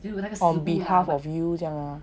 half of you 这样 lor